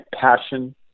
passion